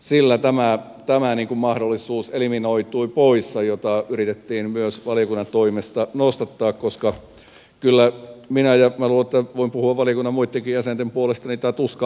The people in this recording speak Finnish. sillä eliminoitui pois tämä mahdollisuus jota yritettiin myös valiokunnan toimesta nostattaa koska kyllä luulen että voin puhua valiokunnan muittenkin jäsenten puolesta tämä tuska ymmärretään